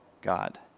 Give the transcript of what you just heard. God